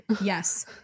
Yes